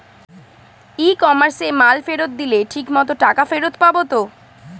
ই কমার্সে মাল ফেরত দিলে ঠিক মতো টাকা ফেরত পাব তো?